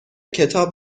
کتاب